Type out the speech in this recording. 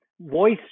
voice